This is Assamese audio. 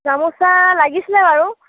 গামোচা লাগিছিলে বাৰু